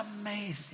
amazing